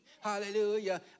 Hallelujah